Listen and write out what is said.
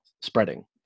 spreading